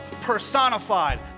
personified